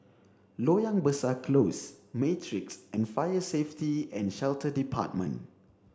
Loyang Besar Close Matrix and Fire Safety and Shelter Department